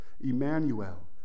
Emmanuel